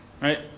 right